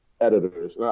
editors